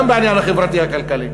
גם בעניין החברתי הכלכלי.